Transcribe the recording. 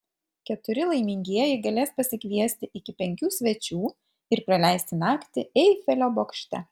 keturi laimingieji galės pasikviesti iki penkių svečių ir praleisti naktį eifelio bokšte